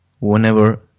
whenever